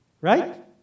right